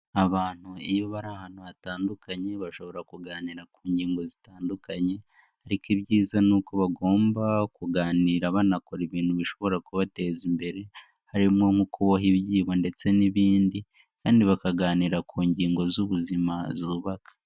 Abantu iyo bari ahantu hatandukanye bashobora kuganira ku ngingo zitandukanye ariko ibyiza ni uko bagomba kuganira banakora ibintu bishobora kubateza imbere, harimo nko kuboha ibyibo ndetse n'ibindi kandi bakaganira ku ngingo z'ubuzima zubaka.